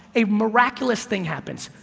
a miraculous thing happens,